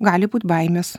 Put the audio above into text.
gali būt baimės